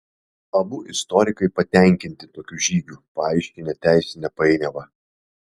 abu istorikai patenkinti tokiu žygiu paaiškinę teisinę painiavą